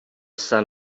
sun